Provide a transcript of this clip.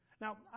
Now